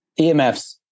EMFs